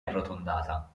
arrotondata